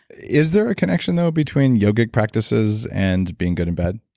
is there a connection, though, between yoga practices and being good in bed?